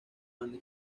banda